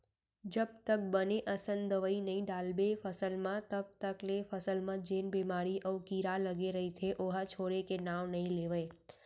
जब तक बने असन दवई नइ डालबे फसल म तब तक ले फसल म जेन बेमारी अउ कीरा लगे रइथे ओहा छोड़े के नांव नइ लेवय